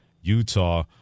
Utah